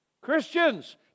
Christians